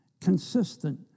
consistent